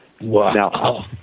Wow